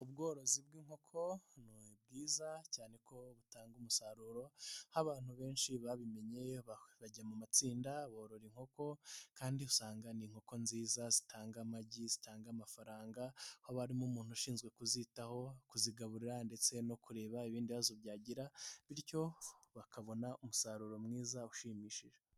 Ubworozi bw'inkoko ni bwiza cyane ko butanga umusaruro, aho abantu benshi babimenye bajya mu matsinda borora inkoko kandi usanga ni inkoko nziza zitanga amagi zitanga amafaranga, haba harimo umuntu ushinzwe kuzitaho kuzigaburira ndetse no kureba ibindi bibazo byagira bityo bakabona umusaruro mwiza ushimishije.